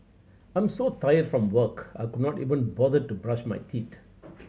I'm so tired from work I could not even bother to brush my teeth